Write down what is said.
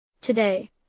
Today